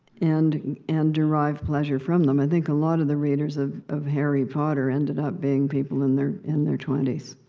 and and derive pleasure from them. i think a lot of the readers of of harry potter ended up being people in their in their twenty s.